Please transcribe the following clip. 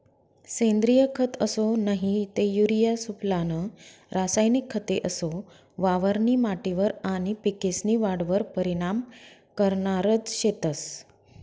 सेंद्रिय खत असो नही ते युरिया सुफला नं रासायनिक खते असो वावरनी माटीवर आनी पिकेस्नी वाढवर परीनाम करनारज शेतंस